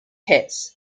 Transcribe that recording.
hits